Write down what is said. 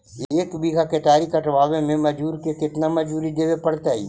एक बिघा केतारी कटबाबे में मजुर के केतना मजुरि देबे पड़तै?